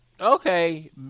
okay